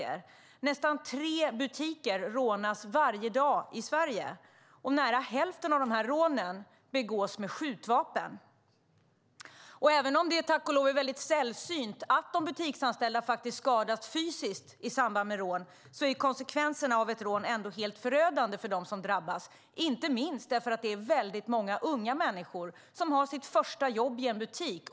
I snitt rånas nästan tre butiker varje dag i Sverige, och nära hälften av dessa rån begås med skjutvapen. Även om det, tack och lov, är sällsynt att de butiksanställda skadas fysiskt i samband med rån är konsekvenserna av ett rån helt förödande för dem som drabbas. Det gäller inte minst för att det ofta är fråga om unga människor som har sitt första jobb i en butik.